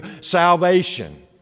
salvation